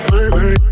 Baby